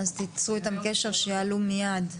תיצרו איתם קשר שיעלו מיד,